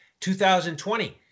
2020